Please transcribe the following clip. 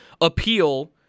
appeal